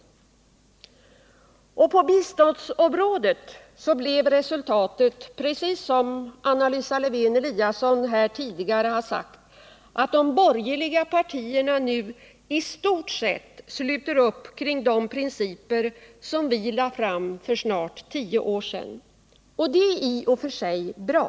På biståndsområdet blev resultatet, precis som Anna Lisa Lewén-Eliasson tidigare sagt här i kammaren, att de borgerliga partierna nu i stort sett sluter upp kring de principer som vi lade fram för snart tio år sedan, och det är i och för sig bra.